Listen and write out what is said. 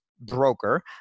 broker